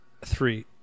Three